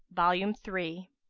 volume three